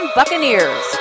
Buccaneers